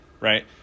right